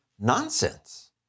nonsense